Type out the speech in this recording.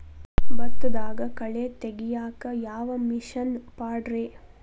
ಭತ್ತದಾಗ ಕಳೆ ತೆಗಿಯಾಕ ಯಾವ ಮಿಷನ್ ಪಾಡ್ರೇ?